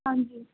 ਹਾਂਜੀ